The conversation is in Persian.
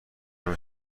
همه